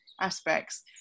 aspects